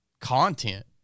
content